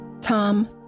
Tom